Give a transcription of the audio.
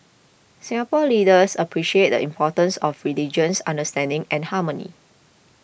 Singapore leaders appreciate the importance of religious understanding and harmony